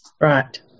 Right